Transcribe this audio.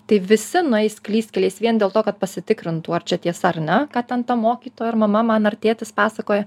tai visi nueis klystkeliais vien dėl to kad pasitikrintų ar čia tiesa ar ne ką ten ta mokytoja ar mama man ar tėtis pasakoja